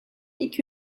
iki